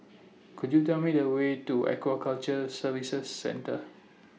Could YOU Tell Me The Way to Aquaculture Services Centre